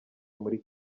muri